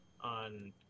on